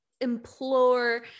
implore